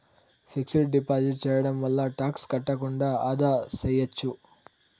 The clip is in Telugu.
ఫిక్స్డ్ డిపాజిట్ సేయడం వల్ల టాక్స్ కట్టకుండా ఆదా సేయచ్చు